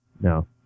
No